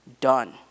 done